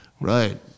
Right